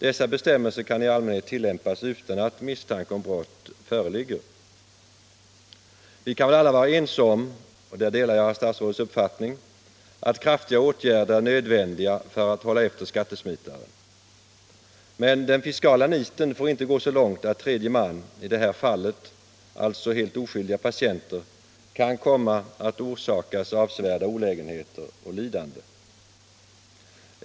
Dessa bestämmelser kan i allmänhet tillämpas utan att misstanke om brott föreligger. Vi kan väl alla vara ense om — där delar jag statsrådets uppfattning — att kraftiga åtgärder är nödvändiga för att hålla efter skattesmitare, men det fiskala nitet får inte gå så långt att tredje man, i det här fallet alltså helt oskyldiga patienter, kan komma att orsakas avsevärda olägenheter och lidande.